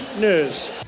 news